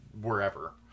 wherever